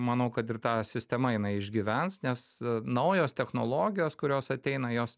manau kad ir ta sistema jinai išgyvens nes naujos technologijos kurios ateina jos